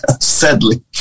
sadly